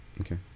Okay